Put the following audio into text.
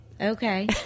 okay